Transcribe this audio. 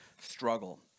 struggle